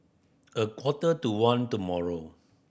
a quarter to one tomorrow